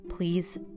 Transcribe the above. Please